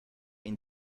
ihn